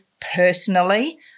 personally